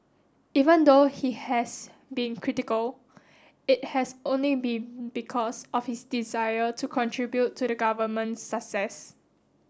even though he has been critical it has only been because of his desire to contribute to the government's success